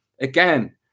Again